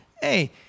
Hey